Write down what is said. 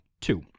two